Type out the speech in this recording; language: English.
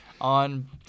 on